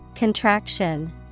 Contraction